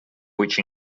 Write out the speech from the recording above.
which